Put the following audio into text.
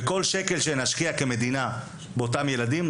כל שקל שנשקיע כמדינה באותם ילדים,